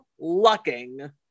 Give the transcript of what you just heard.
Lucking